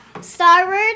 Starward